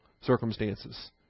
circumstances